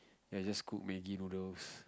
ya just cook maggi noodles